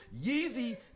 Yeezy